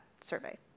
survey